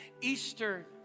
Easter